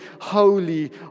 holy